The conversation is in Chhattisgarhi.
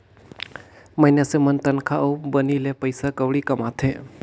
मइनसे मन तनखा अउ बनी ले पइसा कउड़ी कमाथें